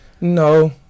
no